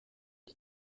die